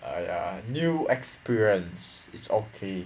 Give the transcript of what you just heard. I a new experience is okay